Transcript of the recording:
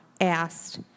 asked